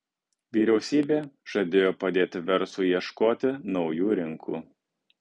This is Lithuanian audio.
vyriausybė žadėjo padėti verslui ieškoti naujų rinkų